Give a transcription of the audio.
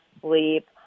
sleep